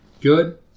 Good